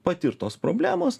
patirtos problemos